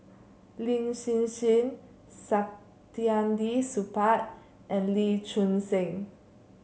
Lin Hsin Hsin Saktiandi Supaat and Lee Choon Seng